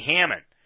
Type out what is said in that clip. Hammond